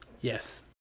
Yes